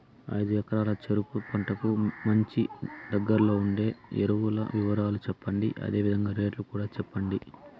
ఐదు ఎకరాల చెరుకు పంటకు మంచి, దగ్గర్లో ఉండే ఎరువుల వివరాలు చెప్పండి? అదే విధంగా రేట్లు కూడా చెప్పండి?